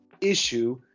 issue